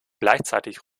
gleichzeitig